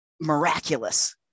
miraculous